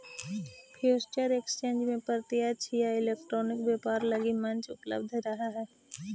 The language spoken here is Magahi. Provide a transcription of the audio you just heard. फ्यूचर एक्सचेंज में प्रत्यक्ष या इलेक्ट्रॉनिक व्यापार लगी मंच उपलब्ध रहऽ हइ